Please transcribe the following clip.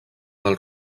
del